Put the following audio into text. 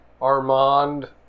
Armand